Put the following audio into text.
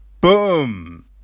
Boom